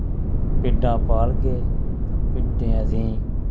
भिड्डां पालगे तां भिड्डें असें